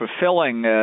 fulfilling